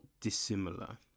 dissimilar